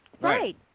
Right